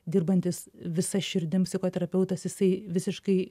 dirbantis visa širdim psichoterapeutas jisai visiškai